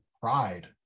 pride